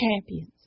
champions